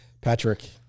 Patrick